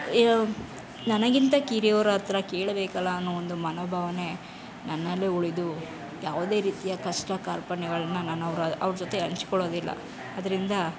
ನನಗಿಂತ ಕಿರಿಯವ್ರ ಹತ್ರ ಕೇಳಬೇಕಲ್ಲ ಅನ್ನೋ ಒಂದು ಮನೋಭಾವನೆ ನನ್ನಲ್ಲೇ ಉಳಿದು ಯಾವುದೇ ರೀತಿಯ ಕಷ್ಟ ಕಾರ್ಪಣ್ಯಗಳನ್ನು ನಾನು ಅವರ ಅವ್ರ ಜೊತೆ ಹಂಚ್ಕೊಳ್ಳೋದಿಲ್ಲ ಆದ್ದರಿಂದ